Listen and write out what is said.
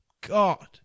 God